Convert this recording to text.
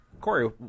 Corey